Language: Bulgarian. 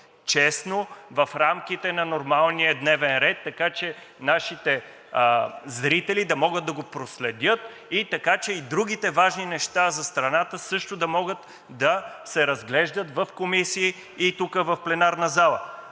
честно в рамките на нормалния дневен ред, така че нашите зрители да могат да го проследят, така че и другите важни неща за страната също да могат да се разглеждат в комисии и тук в пленарната зала.